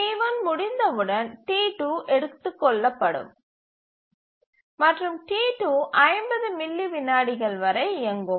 T1 முடிந்தவுடன் T2 எடுத்துக்கொள்ளப்படும் மற்றும் T2 50 மில்லி விநாடிகள் வரை இயங்கும்